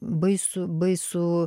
baisų baisų